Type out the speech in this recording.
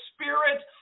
spirit